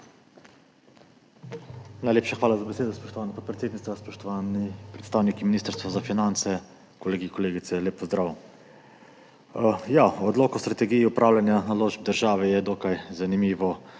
Najlepša hvala za besedo, spoštovana podpredsednica. Spoštovani predstavniki Ministrstva za finance, kolegi in kolegice, lep pozdrav! Odlok o strategiji upravljanja naložb države je dokaj zanimivo